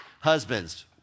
Husbands